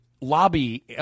lobby